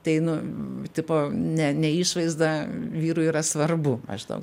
tai nu tipo ne ne išvaizda vyrui yra svarbu maždaug